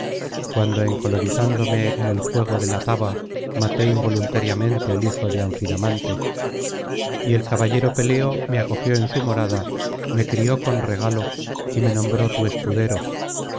cuando encolerizándome en el juego de la taba maté involuntariamente al hijo de anfidamante y el caballero peleo me acogió en su morada me crió con regalo y me nombró tu escudero